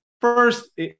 first